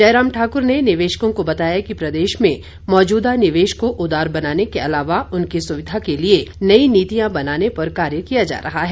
जय राम ठाक्र ने निवेशकों को बताया कि प्रदेश में मौजूदा निवेश को उदार बनाने के अलावा उनकी सुविधा के लिए नई नीतियां बनाने पर कार्य किया जा रहा है